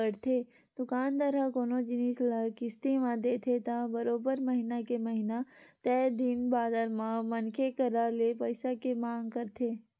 दुकानदार ह कोनो जिनिस ल किस्ती म देथे त बरोबर महिना के महिना तय दिन बादर म मनखे करा ले पइसा के मांग करथे